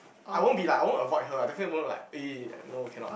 I won't be like I won't avoid her lah definitely I won't like eh no cannot